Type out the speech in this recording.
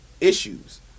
issues